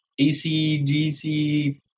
ACGC